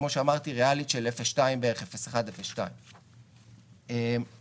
כמו שאמרתי, ריאלית של בערך 0.1%, 0.2%, גם